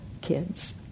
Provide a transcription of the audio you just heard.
kids